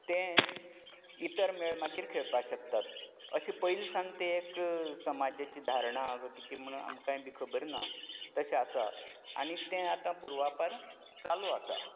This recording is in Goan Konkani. तें इतर मेळ मागीर खेळपाक शकतात अशें पयले सान तें एक समाजाची धारणां वा कितें म्हणून आमकांय बी खबर ना तशें आसा आनी तें आतां पुर्वापार चालू आसा